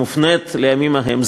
מופנית לימים ההם.